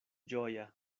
ĝoja